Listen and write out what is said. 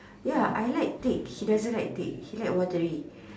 ya I like thick he doesn't like thick he like watery